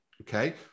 okay